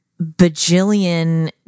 bajillion